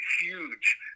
huge